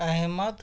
Ahmad